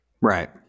Right